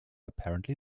apparently